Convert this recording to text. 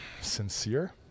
sincere